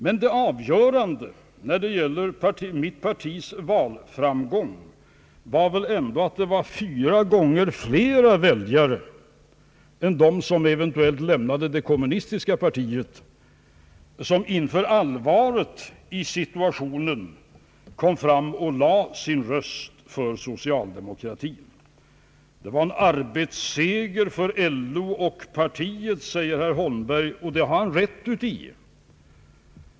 Men avgörande för mitt partis valframgång var väl ändå att fyra gånger flera väljare än de, som eventuellt lämnade kommunistiska partiet, inför allvaret i situationen kom fram och lade sin röst för socialdemokratin. Det var en arbetsseger för LO och partiet, säger herr Holmberg. Han har rätt i detta.